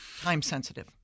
time-sensitive